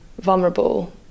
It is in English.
vulnerable